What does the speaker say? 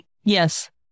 yes